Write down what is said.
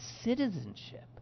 citizenship